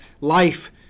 life